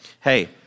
hey